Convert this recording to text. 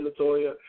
Latoya